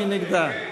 מי נגדה?